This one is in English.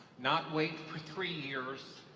not wait for three years.